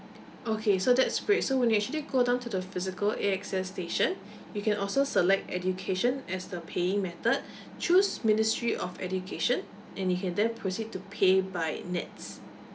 okay so that's great so when you actually go down to the physical A_X_S station you can also select education as the paying method choose ministry of education and you can then proceed to pay by nets